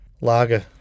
Lager